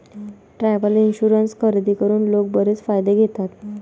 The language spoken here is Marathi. ट्रॅव्हल इन्शुरन्स खरेदी करून लोक बरेच फायदे घेतात